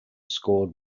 scored